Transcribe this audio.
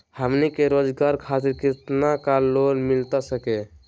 हमनी के रोगजागर खातिर कितना का लोन मिलता सके?